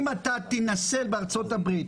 אם אתה תינשא בארצות הברית,